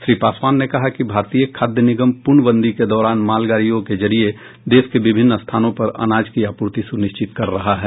श्री पासवान ने कहा कि भारतीय खाद्य निगम पूर्णबंदी के दौरान मालगाडियों के जरिए देश के विभिन्न स्थानों पर अनाज की आपूर्ति सुनिश्चित कर रहा है